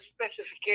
specification